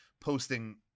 posting